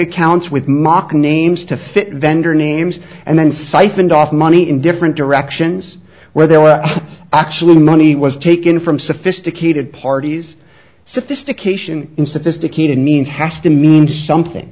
accounts with mock names to fit vendor names and then siphoned off money in different directions where they were actually money was taken from sophisticated parties sophistication and sophisticated means has to mean something